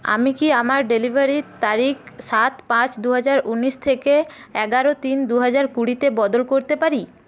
আমি কি আমার ডেলিভারির তারিখ সাত পাঁচ দু হাজার ঊনিশ থেকে এগারো তিন দু হাজার কুড়ি তে বদল করতে পারি